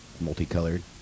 multicolored